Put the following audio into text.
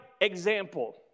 example